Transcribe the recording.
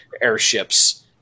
airships